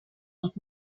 und